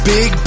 Big